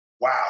Wow